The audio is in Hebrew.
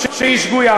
שהיא שגויה.